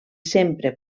sempre